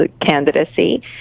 candidacy